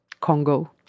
Congo